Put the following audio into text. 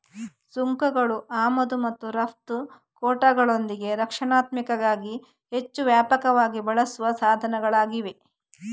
ಸುಂಕಗಳು ಆಮದು ಮತ್ತು ರಫ್ತು ಕೋಟಾಗಳೊಂದಿಗೆ ರಕ್ಷಣಾತ್ಮಕತೆಗಾಗಿ ಹೆಚ್ಚು ವ್ಯಾಪಕವಾಗಿ ಬಳಸಲಾಗುವ ಸಾಧನಗಳಾಗಿವೆ